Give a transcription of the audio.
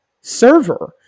server